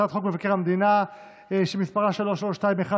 הצעת חוק מבקר המדינה שמספרה 3321,